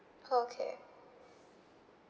okay